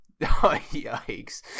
Yikes